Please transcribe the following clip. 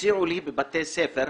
שהציעו לי בבתי ספר,